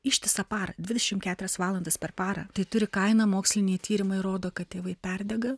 ištisą parą dvidešim keturias valandas per parą tai turi kainą moksliniai tyrimai rodo kad tėvai perdega